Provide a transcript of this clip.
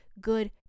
good